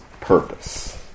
purpose